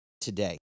today